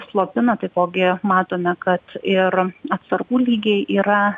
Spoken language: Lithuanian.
slopina taipogi matome kad ir atsargų lygiai yra